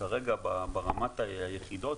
כרגע ברמת היחידות,